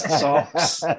socks